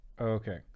Okay